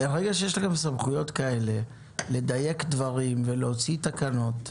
אבל ברגע שיש לכם סמכויות כאלה לדייק דברים ולהוציא תקנות,